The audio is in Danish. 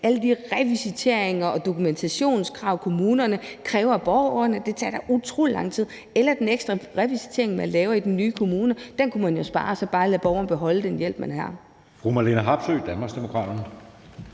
Alle de revisiteringer og dokumentationskrav, som kommunerne kræver af borgerne, tager da utrolig lang tid, og den ekstra revisitering, man laver i den nye kommune, kunne man jo spare og så lade borgerne beholde den hjælp, de har